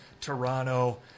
Toronto